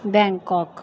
Bangkok